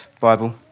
Bible